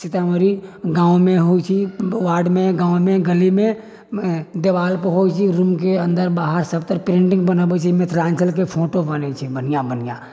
सीतामढ़ी गाँवमे होइत छै वार्डमे गाँवमे गलीमे देवाल पर होइत छै रूमके अन्दर बाहर सब पेन्टिङ्ग बनऽबैत छै मिथिलाञ्चलके फोटो बनैत छै बढ़िआँ बढ़िआँ